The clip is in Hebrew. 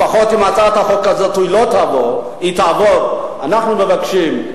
לפחות, אם הצעת החוק הזאת תעבור, אנחנו מבקשים,